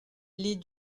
les